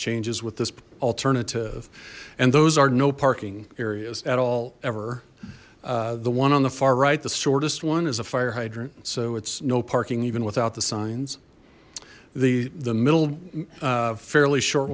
changes with this alternative and those are no parking areas at all ever the one on the far right the shortest one is a fire hydrant so it's no parking even without the signs the the middle fairly short